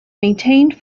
maintained